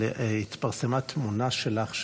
אבל התפרסמה תמונה שלך,